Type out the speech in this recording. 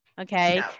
okay